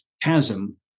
chasm